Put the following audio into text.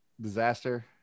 Disaster